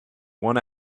one